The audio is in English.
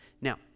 now